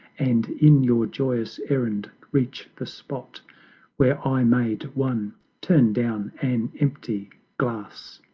and in your joyous errand reach the spot where i made one turn down an empty glass!